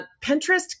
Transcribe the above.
Pinterest